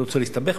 לא רוצה להסתבך,